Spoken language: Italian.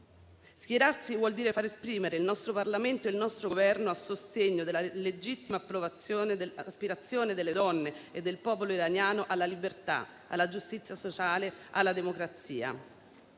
Schierarsi vuol dire far esprimere il nostro Parlamento e il nostro Governo a sostegno della legittima aspirazione delle donne e del popolo iraniani alla libertà, alla giustizia sociale, alla democrazia.